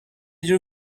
جور